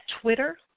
Twitter